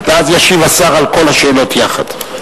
ואז ישיב השר על כל השאלות יחד.